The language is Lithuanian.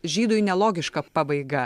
žydui nelogiška pabaiga